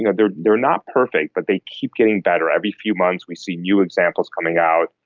you know, they are they are not perfect but they keep getting better. every few months we see new examples coming out.